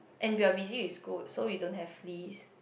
and we are busy with school so we don't have list